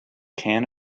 can